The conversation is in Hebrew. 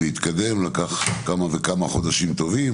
לקח וכמה כמה חודשים להתקדם,